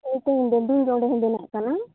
ᱦᱳᱭᱛᱚ ᱵᱮᱞᱰᱤᱝ ᱜᱮ ᱚᱸᱰᱮ ᱦᱚᱸ ᱵᱮᱱᱟᱜ ᱠᱟᱱᱟ